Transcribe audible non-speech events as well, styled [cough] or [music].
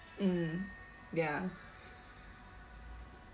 mm ya [noise]